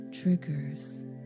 triggers